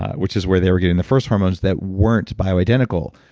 which is where they were getting the first hormones that weren't bioidentical.